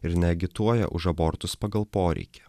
ir neagituoja už abortus pagal poreikį